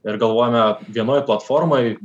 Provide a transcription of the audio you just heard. ir galvojome vienoj platformoj